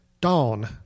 Dawn